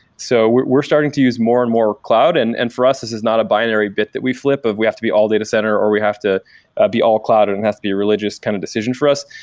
so we're we're starting to use more and more cloud, and and for us this is not a binary bit that we flip of we have to be all data center or we have to be all cloud and it and has to be a religious kind of decision for us.